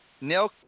Nail